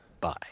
bye